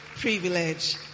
privilege